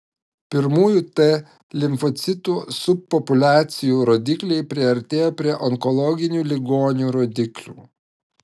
pirmųjų t limfocitų subpopuliacijų rodikliai priartėjo prie onkologinių ligonių rodiklių